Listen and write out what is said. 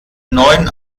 neun